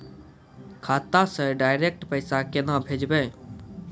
खाता से डायरेक्ट पैसा केना भेजबै?